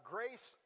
Grace